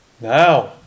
now